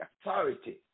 authority